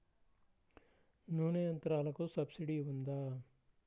నూనె యంత్రాలకు సబ్సిడీ ఉందా?